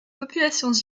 populations